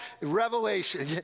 revelation